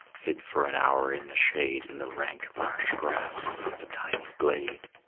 hid for an hour in the shade, in the rank marsh grass of a tiny glade.